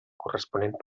corresponent